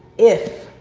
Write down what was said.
if